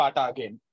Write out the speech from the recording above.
again